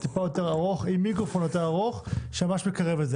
זה גם לא פרק ט' כי זה לא חוק ההסדרים.